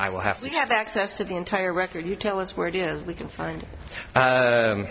i will have to have access to the entire record you tell us where it is we can find